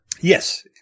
Yes